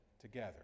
together